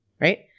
right